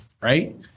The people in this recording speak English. right